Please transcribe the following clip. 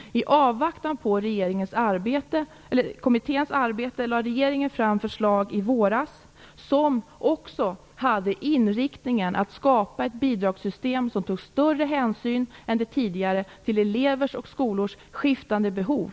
I avvaktan på kommitténs arbete lade regeringen i våras fram förslag som också hade inriktningen att skapa ett bidragssystem som tog större hänsyn än det tidigare till elevers och skolors skiftande behov.